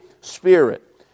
Spirit